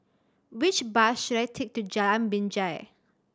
which bus should I take to Jalan Binjai